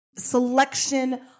selection